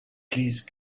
please